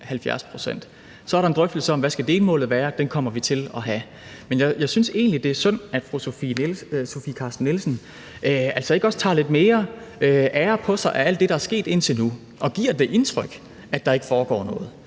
70 pct. Så er der en drøftelse om, hvad delmålet skal være, og den kommer vi til at have. Men jeg synes egentlig, det er synd, at fru Sofie Carsten Nielsen ikke tager lidt mere ære på sig i forhold til alt det, der er sket indtil nu, men at hun giver det indtryk, at der ikke foregår noget.